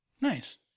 nice